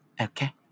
Okay